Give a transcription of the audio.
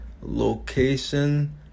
location